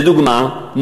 לדוגמה,